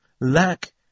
lack